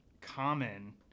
common